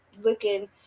looking